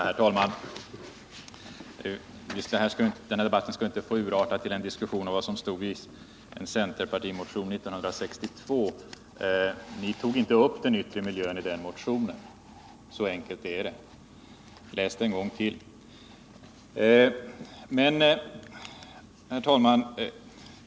Herr talman! Den här debatten skall inte behöva urarta till en diskussion om vad som stod i en centerpartimotion 1962. Ni tog inte upp den yttre miljön i den motionen, så enkelt är det. Läs motionen en gång till!